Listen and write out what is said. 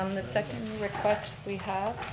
um the second request we have